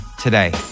today